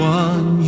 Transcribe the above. one